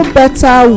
better